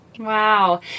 Wow